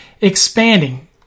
expanding